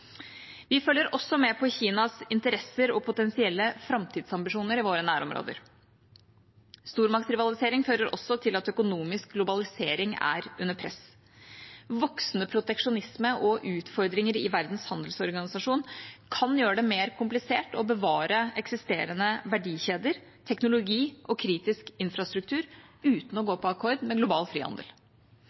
Vi følger også med på Kinas interesser og potensielle framtidsambisjoner i våre nærområder. Stormaktsrivalisering fører også til at økonomisk globalisering er under press. Voksende proteksjonisme og utfordringer i Verdens handelsorganisasjon kan gjøre det mer komplisert å bevare eksisterende verdikjeder, teknologi og kritisk infrastruktur uten å gå på akkord med global frihandel.